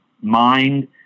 mind